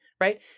right